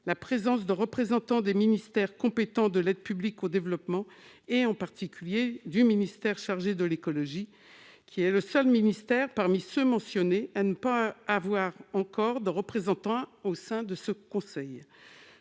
la présence de représentants des ministères compétents de l'aide publique au développement, en particulier du ministère chargé de l'écologie, qui est le seul ministère parmi ceux qui sont mentionnés à ne pas avoir encore de représentants au sein de ce conseil.